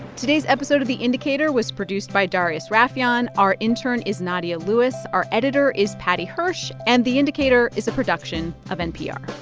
today's episode of the indicator was produced by darius rafieyan. our intern is nadia lewis. our editor is paddy hirsch, and the indicator is a production of npr